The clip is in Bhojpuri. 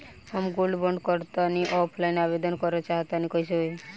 हम गोल्ड बोंड करंति ऑफलाइन आवेदन करल चाह तनि कइसे होई?